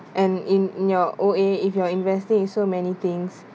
and in in your O_A if you are investing in so many things